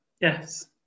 yes